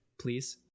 Please